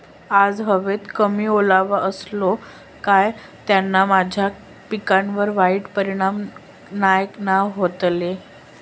आज हवेत कमी ओलावो असतलो काय त्याना माझ्या पिकावर वाईट परिणाम नाय ना व्हतलो?